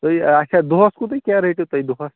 تُہۍ اَچھا دۄہَس کوٗتاہ کیٛاہ رٔٹِو تُہۍ دۄہَس